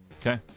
Okay